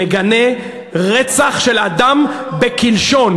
מגנה רצח של אדם בקלשון.